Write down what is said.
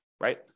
right